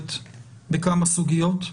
הסיבולת בכמה סוגיות.